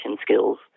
skills